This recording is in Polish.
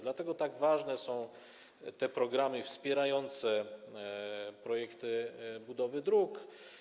Dlatego tak ważne są te programy wspierające projekty budowy dróg.